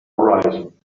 horizon